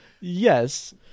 Yes